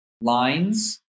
lines